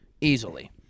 Easily